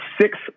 six